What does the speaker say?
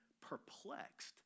perplexed